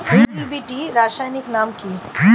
Hill BT রাসায়নিক নাম কি?